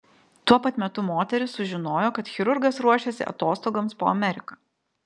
tuo pat metu moteris sužinojo kad chirurgas ruošiasi atostogoms po ameriką